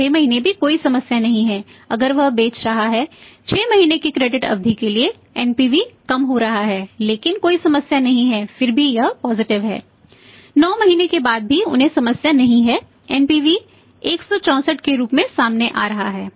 9 महीने के बाद भी उन्हें समस्या नहीं है एनपीवी है